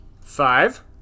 Five